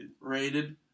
Rated